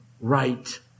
right